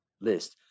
list